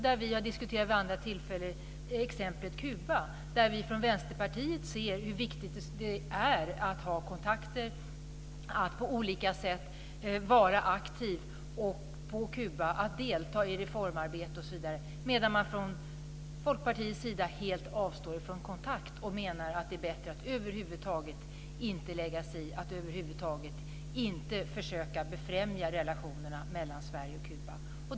Där har vi vid andra tillfällen diskuterat exemplet Kuba, där vi från Vänsterpartiet ser hur viktigt det är att ha kontakter, att på olika sätt vara aktiv och få Kuba att delta i reformarbete osv., medan man från Folkpartiets sida helt avstår från kontakt och menar att det är bättre att över huvud taget inte lägga sig i, att över huvud taget inte försöka befrämja relationerna mellan Sverige och Kuba.